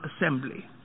Assembly